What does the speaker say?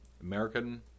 American